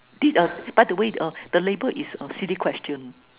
did uh by the way uh the label is a silly question